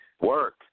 Work